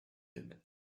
limit